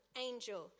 angel